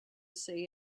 see